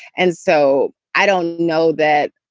and so i don't know that.